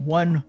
one